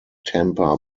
tampa